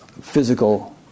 physical